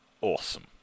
Awesome